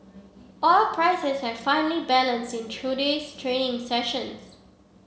oil prices had finely balanced in today's trading sessions